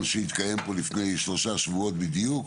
שהתקיים פה לפני שלושה שבועות בדיוק.